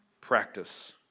practice